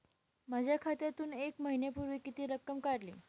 माझ्या खात्यातून एक महिन्यापूर्वी किती रक्कम काढली?